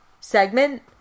segment